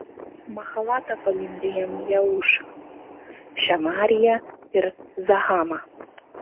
mahalata pagimdė jam jeušą šemariją ir zahamą